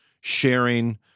sharing